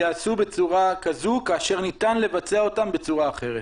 ייעשו בצורה כזו, כאשר ניתן לבצע אותם בצורה אחרת.